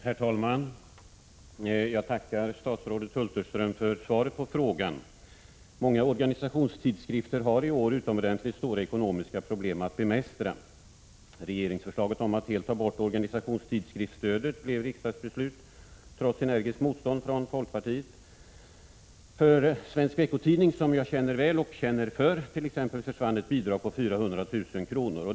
Herr talman! Jag tackar statsrådet Hulterström för svaret på frågan. Många organisationstidskrifter har i år utomordentligt stora ekonomiska problem att bemästra. Regeringsförslaget om att helt ta bort organisationstidskriftsstödet blev riksdagsbeslut trots energiskt motstånd från folkpartiet. För t.ex. Svensk Veckotidning, som jag känner väl och känner för, försvann ett bidrag på 400 000 kr.